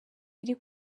iri